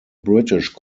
british